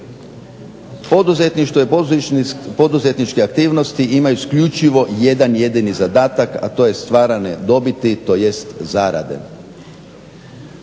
Poduzetništvo i poduzetničke aktivnosti imaju isključivo jedan jedini zadatak, a to je stvaranje dobiti, tj. Zarade.